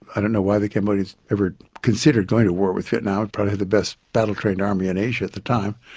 i don't know why the cambodians ever considered going to war with vietnam, probably the best battle-trained army in asia at the time,